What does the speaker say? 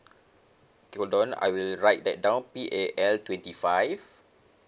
hold on I will write that down P A L twenty five